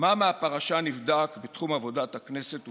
מה מהפרשה נבדק בתחום עבודת הכנסת וועדותיה.